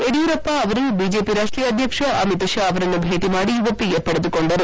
ಯಡಿಯೂರಪ್ಪ ಅವರು ಬಿಜೆಪಿ ರಾಷ್ಷೀಯ ಅಧ್ವಕ್ಷ ಅಮಿತ್ ಶಾ ಅವರನ್ನು ಭೇಟಿ ಮಾಡಿ ಒಪ್ಪಿಗೆ ಪಡೆದುಕೊಂಡರು